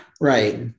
Right